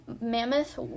Mammoth